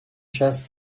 chasse